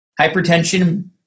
Hypertension